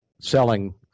selling